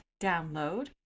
download